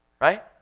Right